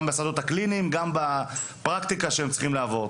גם בשדות הקליניים ובפרקטיקה שהם צריכים לעבור.